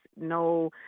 no